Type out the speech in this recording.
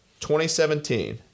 2017